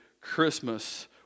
Christmas